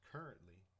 Currently